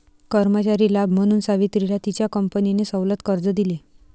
कर्मचारी लाभ म्हणून सावित्रीला तिच्या कंपनीने सवलत कर्ज दिले